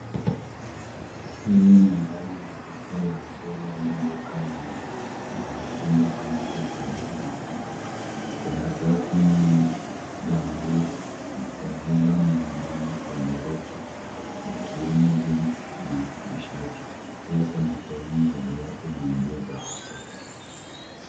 Hii ni ndani ya dka la nguo labda duka la nguo za mitumba au nguo za bei nafuu. Kuna safu nyingi za nguo zilizoning'inia kwenye reki zikiwemo jeans na mashati. Pia kuna sehemu ya viatu na nguo za watoto.